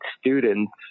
students